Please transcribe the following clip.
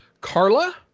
carla